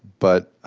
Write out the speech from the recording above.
but